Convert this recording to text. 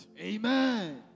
Amen